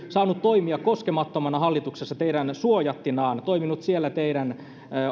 saanut toimia ikään kuin koskemattomana hallituksessa teidän suojattinanne on toiminut siellä teidän